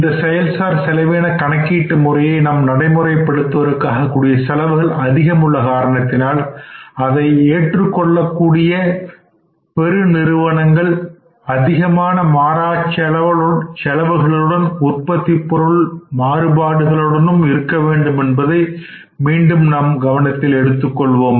இந்த செயல் சார் செலவின கணக்கீட்டு முறையை நடைமுறைப்படுத்துவதற்கு ஆகக்கூடிய செலவுகள் அதிகம் உள்ள காரணத்தினால் அதை ஏற்றுக் கொள்ளக்கூடிய பெருநிறுவனங்கள் அதிகமான மாறா செலவுகளுடனும் உற்பத்திப் பொருள் மாறுபாடுகளுடனும் இருக்க வேண்டும் என்பதை மீண்டும் கவனத்தில் எடுத்துக்கொள்ள வேண்டும்